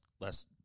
less